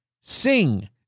sing